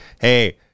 hey